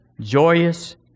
joyous